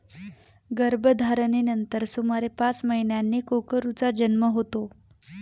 गर्भधारणेनंतर सुमारे पाच महिन्यांनी कोकरूचा जन्म होतो